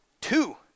Two